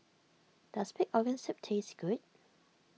does Pig Organ Soup taste good